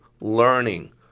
learning